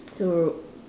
so